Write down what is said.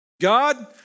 God